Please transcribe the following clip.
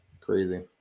Crazy